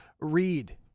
read